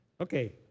Okay